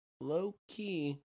low-key